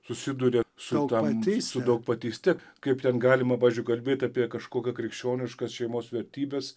susiduria su daugpatyste kaip ten galima pavyzdžiui kalbėti apie kažkokias krikščioniškas šeimos vertybes